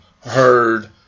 heard